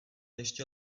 ještě